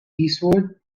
eastward